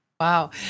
Wow